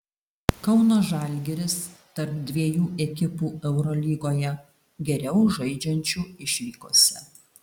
kauno žalgiris tarp dviejų ekipų eurolygoje geriau žaidžiančių išvykose